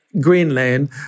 Greenland